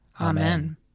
Amen